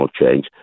change